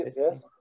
Yes